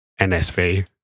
NSV